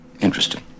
interesting